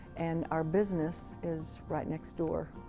and our business is right next door.